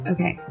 Okay